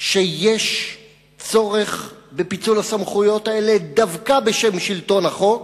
שיש צורך בפיצול הסמכויות האלה דווקא בשם שלטון החוק,